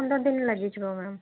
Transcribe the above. ପନ୍ଦରଦିନ ଲାଗିଯିବ ମ୍ୟାମ୍